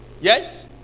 Yes